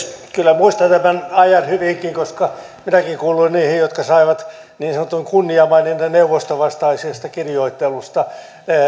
kyllä muistan tämän ajan hyvinkin koska minäkin kuuluin niihin jotka saivat niin sanotun kunniamaininnan neuvostovastaisesta kirjoittelusta